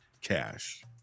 cash